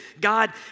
God